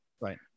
right